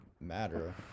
matter